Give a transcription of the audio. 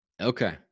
Okay